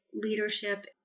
leadership